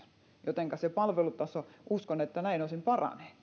jotenka uskon että se palvelutaso näiltä osin paranee